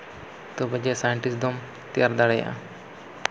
ᱛᱚᱵᱮ ᱡᱮ ᱥᱟᱭᱮᱱᱴᱤᱥᱴ ᱫᱚᱢ ᱛᱮᱭᱟᱨ ᱫᱟᱲᱮᱭᱟᱜᱼᱟ